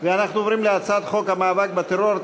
אנחנו עוברים להצעת חוק המאבק בטרור,